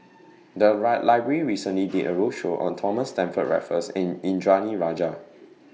The Library recently did A roadshow on Thomas Stamford Raffles and Indranee Rajah